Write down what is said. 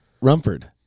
Rumford